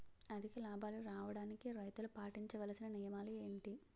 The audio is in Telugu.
అధిక లాభాలు రావడానికి రైతులు పాటించవలిసిన నియమాలు ఏంటి